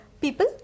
people